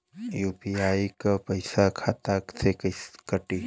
UPI क पैसा खाता से कटी?